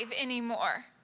anymore